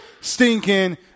stinking